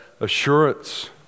assurance